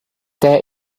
there